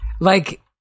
Like-